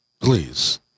Please